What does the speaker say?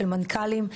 של מנכ"לים,